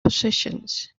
possessions